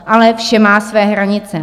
Ale vše má své hranice.